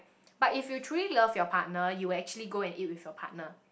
but if you truly love your partner you will actually go and eat with your partner